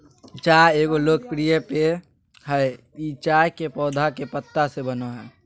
चाय एगो लोकप्रिय पेय हइ ई चाय के पौधा के पत्ता से बनो हइ